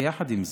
יחד עם זאת,